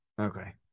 okay